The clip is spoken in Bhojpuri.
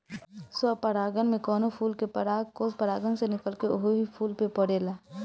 स्वपरागण में कवनो फूल के परागकोष परागण से निकलके ओही फूल पे पड़ेला